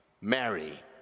Mary